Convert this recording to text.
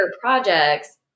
projects